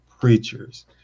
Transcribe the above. preachers